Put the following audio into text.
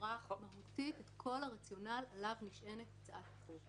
בצורה מהותית את כל הרציונל עליו נשענת הצעת החוק,